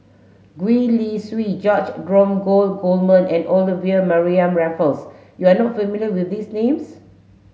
Gwee Li Sui George Dromgold Coleman and Olivia Mariamne Raffles you are not familiar with these names